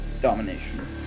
domination